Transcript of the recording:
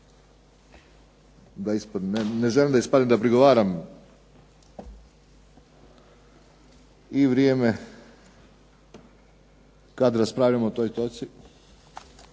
ne želim da ispadne da prigovaram, i vrijeme kad raspravljamo o toj